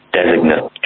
designate